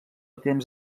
temps